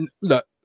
Look